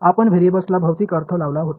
आपण व्हेरिएबल्सला भौतिक अर्थ लावला होता